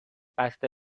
بسته